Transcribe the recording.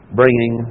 bringing